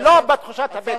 ולא בתחושת הבטן.